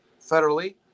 federally